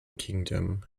kingdom